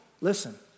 listen